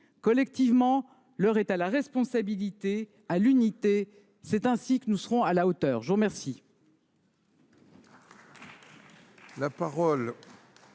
collectivement. L’heure est à la responsabilité et à l’unité. C’est ainsi que nous serons à la hauteur. La parole